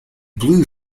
blue